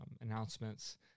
announcements